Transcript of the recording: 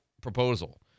proposal